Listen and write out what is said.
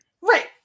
right